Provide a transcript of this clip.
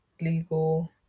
legal